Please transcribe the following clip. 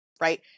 right –